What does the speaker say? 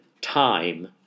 time